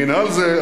המינהל זה,